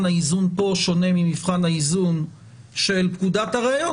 האיזון פה שונה ממבחן האיזון של פקודת הראיות,